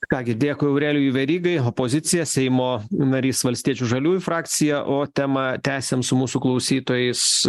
ką gi dėkui aurelijui verygai opozicija seimo narys valstiečių žaliųjų frakcija o temą tęsiam su mūsų klausytojais